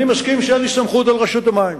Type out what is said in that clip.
אני מסכים שאין לי סמכות על רשות המים.